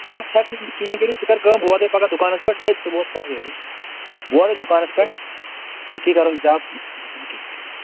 تَتھ ہیٚککھ نہٕ ژٕ کہیٖنٛۍ کٔرِتھ ژٕ کر کأم بہٕ واتے پگاہ دُکانس پیٚٹھٕے ہَے ژٕ بوز کتھ یورٕچ بہٕ واتے دُکانس پیٚٹھ أتۍتھٕے کرو حِساب بہٕ ہیٚکے نٔہ کہیٖنٛۍ کٔرِتھ